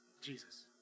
Jesus